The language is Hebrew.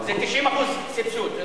זה 90% סבסוד.